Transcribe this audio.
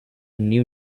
new